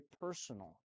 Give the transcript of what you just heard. personal